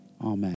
Amen